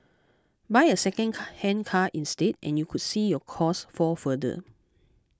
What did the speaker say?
buy a second hand car instead and you could see your costs fall further